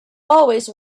always